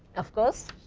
of course,